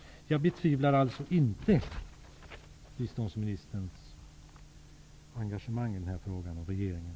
Jag betvivlar alltså inte biståndsministerns och regeringens engagemang i den här frågan.